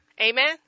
Amen